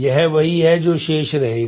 यह वही है जो शेष रहेगा